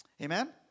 Amen